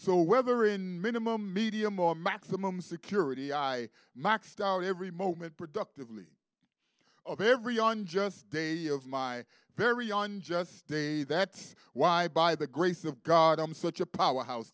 so whether in minimum medium or maximum security i maxed out every moment productively of every unjust day of my very unjust day that is why by the grace of god i'm such a powerhouse